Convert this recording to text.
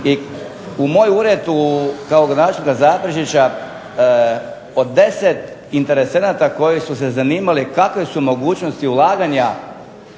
I moj ured kao gradonačelnika Zaprešića od 10 interesenata koji su se zanimali kakve su mogućnosti ulaganja